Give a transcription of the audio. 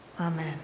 Amen